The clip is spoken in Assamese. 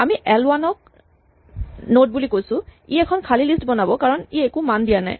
আমি এল ৱান ক নড বুলি কৈছো ই এখন খালী লিষ্ট বনাব কাৰণ ই একো মান দিয়া নাই